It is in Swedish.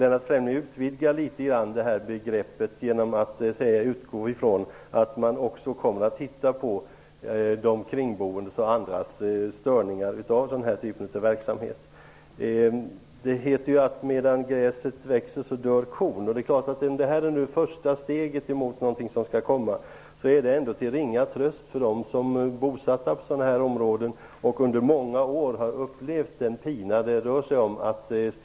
Lennart Fremling utvidgar det här begreppet litet grand genom att utgå från att man också kommer att titta på hur de kringboende och andra störs av den här verksamheten. Det heter: Medan gräset växer dör kon. Detta är det första steget mot någonting som skall komma. Det är ändå till ringa tröst för dem som är bosatta i sådana här områden. Under många år har de upplevt denna pina.